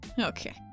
Okay